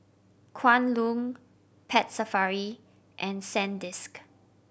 Kwan Loong Pet Safari and Sandisk